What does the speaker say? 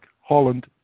Holland